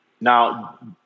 Now